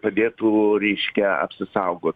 padėtų ryškią apsisaugot